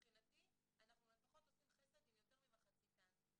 מבחינתי אנחנו עושים חסד עם לפחות יותר ממחציתן של עובדות הגנים.